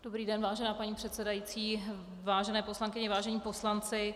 Dobrý den, vážená paní předsedající, vážené poslankyně, vážení poslanci.